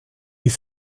est